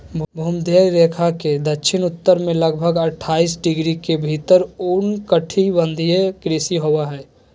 भूमध्य रेखा के दक्षिण उत्तर में लगभग अट्ठाईस डिग्री के भीतर उष्णकटिबंधीय कृषि होबो हइ